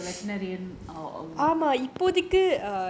so you want to take to the